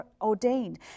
ordained